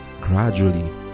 gradually